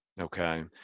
Okay